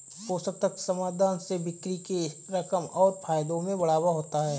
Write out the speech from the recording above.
पोषक तत्व समाधान से बिक्री के रकम और फायदों में बढ़ावा होता है